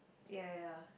ya ya ya